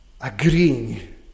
agreeing